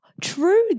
True